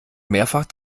mehrfach